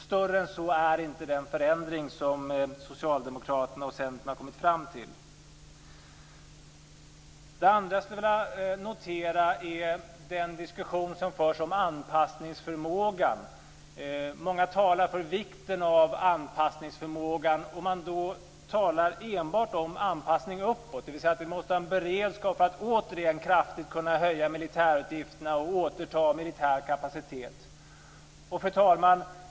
Större än så är inte den förändring som Socialdemokraterna och Centern har kommit fram till. Det andra som jag skulle vilja ta upp är den diskussion som förs om anpassningsförmågan. Många talar om vikten av anpassningsförmåga. Man talar enbart om anpassning uppåt, dvs. att vi måste ha en beredskap för att återigen kraftigt kunna höja militärutgifterna och återta militär kapacitet. Fru talman!